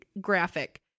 graphic